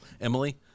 Emily